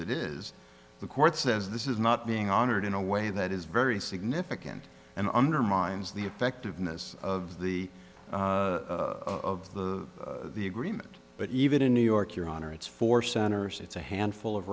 that is the court says this is not being honored in a way that is very significant and undermines the effectiveness of the of the agreement but even in new york your honor it's four centers it's a handful of